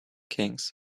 kings